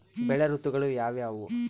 ಬೆಳೆ ಋತುಗಳು ಯಾವ್ಯಾವು?